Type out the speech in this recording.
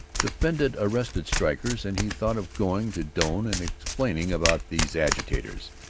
defended arrested strikers, and he thought of going to doane and explaining about these agitators,